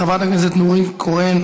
חברת הכנסת נורית קורן,